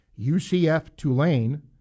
UCF-Tulane